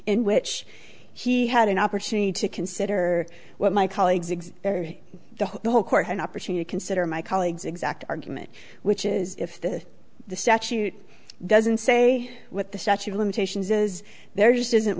in which he had an opportunity to consider what my colleagues the whole court had opportunity consider my colleagues exact argument which is if the the statute doesn't say what the statute of limitations is there just isn't